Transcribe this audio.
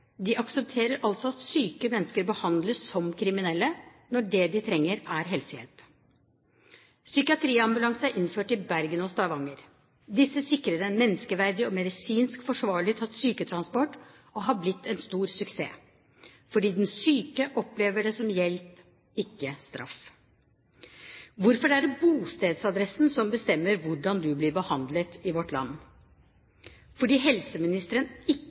De aksepterer altså at syke mennesker behandles som kriminelle, når det de trenger, er helsehjelp. Psykiatriambulanse er innført i Bergen og Stavanger. Disse sikrer en menneskeverdig og medisinsk forsvarlig syketransport, og har blitt en stor suksess fordi den syke opplever det som hjelp, ikke straff. Hvorfor er det bostedsadressen som bestemmer hvordan man blir behandlet i vårt land? Fordi helseministeren ikke